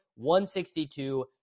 162